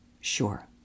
Sure